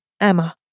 Emma